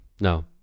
No